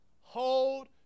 hold